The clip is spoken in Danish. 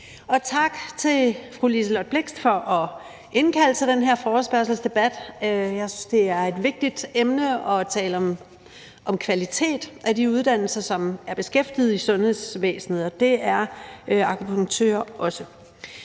tak til fru Liselott Blixt for at indkalde til den her forespørgselsdebat. Jeg synes, det er et vigtigt emne at tale om kvalitet af de uddannelser, som personer, der beskæftiges i sundhedsvæsenet, har, herunder også